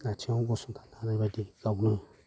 आथिंआव गसंथानो हानाय बायदि गावनो